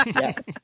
Yes